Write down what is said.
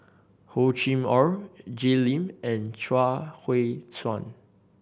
Hor Chim Or Jay Lim and Chuang Hui Tsuan